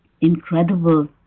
incredible